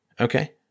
Okay